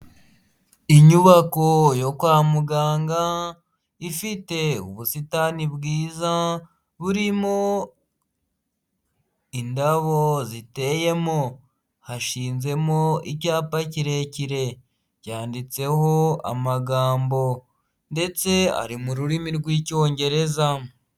Inyubako yo kwa muganga ifite ubusitani bwiza burimo indabo ziteyemo, hashinzwemo icyapa kirekire cyanditseho amagambo ndetse ari mu rurimi rw'icyongereza.